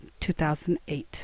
2008